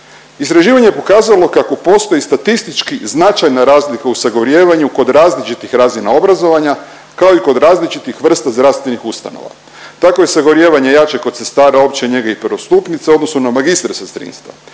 Istraživanje je pokazalo kako postoji statistički značajna razlika u sagorijevanju kod različitih razina obrazovanja, kao i kod različitih vrsta zdravstvenih ustanova. Tako je sagorijevanje jače kod sestara opće njege i prvostupnica u odnosu na magistre sestrinstva.